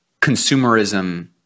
consumerism